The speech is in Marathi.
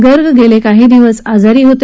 गर्ग गेले काही दिवस आजारी होते